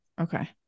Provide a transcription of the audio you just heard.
Okay